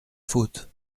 faute